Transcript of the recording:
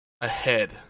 Ahead